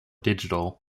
digital